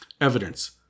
evidence